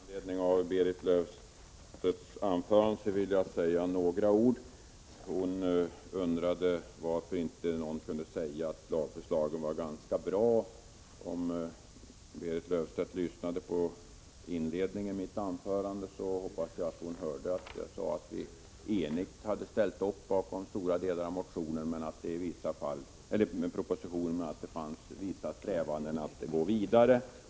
Herr talman! Med anledning av Berit Löfstedts anförande vill jag säga några ord. 175 Hon undrade varför ingen kunde säga att lagförslaget var ganska bra. Om Berit Löfstedt lyssnade till inledningen i mitt anförande hoppas jag att hon hörde att jag sade att vi enigt ställt upp bakom stora delar av propositionen, men att det i vissa delar fanns krav på ändringar samt strävanden att gå vidare.